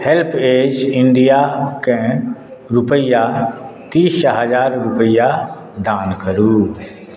HelpAge India केँ रूपैआ तीस हजार रूपैआ दान करू